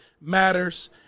matters